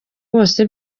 bose